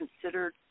considered